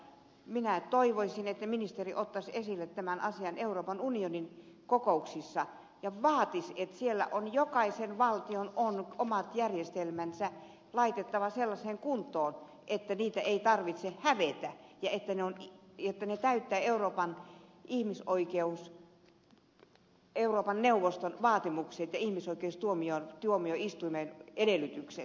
mutta minä toivoisin että ministeri ottaisi esille tämän asian euroopan unionin kokouksissa ja vaatisi että siellä on jokaisen valtion omat järjestelmänsä laitettava sellaiseen kuntoon että niitä ei tarvitse hävetä ja että ne täyttävät euroopan neuvoston vaatimukset ja ihmisoikeustuomioistuimen edellytykset